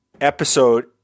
episode